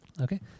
Okay